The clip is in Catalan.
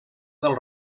del